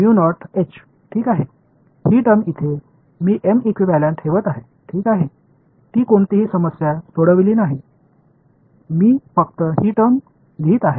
நான் எந்தவொரு சிக்கலையும் தீர்க்கவில்லை நான் இந்த வெளிப்பாட்டை மீண்டும் எழுதுகிறேன்